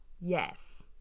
Yes